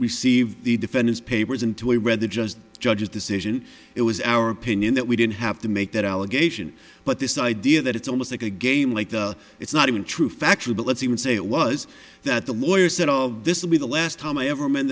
received the defendant's papers into a read the just a judge's decision it was our opinion that we didn't have to make that allegation but this idea that it's almost like a game like the it's not even true factual but let's even say it was that the lawyer said all of this will be the last time i ever m